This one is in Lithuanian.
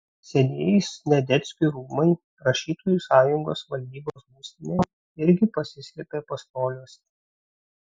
senieji sniadeckių rūmai rašytojų sąjungos valdybos būstinė irgi pasislėpė pastoliuose